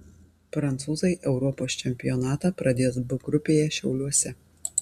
prancūzai europos čempionatą pradės b grupėje šiauliuose